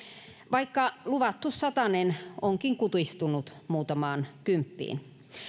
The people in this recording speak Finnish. vaikka luvattu satanen onkin kutistunut muutamaan kymppiin